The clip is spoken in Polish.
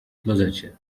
klozecie